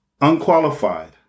unqualified